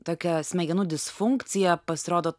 tokią smegenų disfunkciją pasirodo